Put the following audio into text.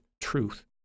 truth